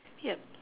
yup